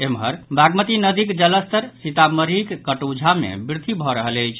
एम्हर बागमती नदीक जलस्तर सीतामढ़ीक कटौंझा मे वृद्धि भऽ रहल अछि